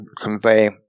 convey